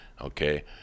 Okay